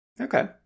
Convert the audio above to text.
Okay